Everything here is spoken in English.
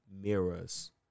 mirrors